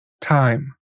time